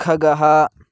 खगः